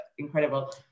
incredible